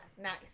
Nice